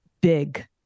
Big